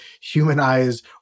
humanize